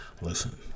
listen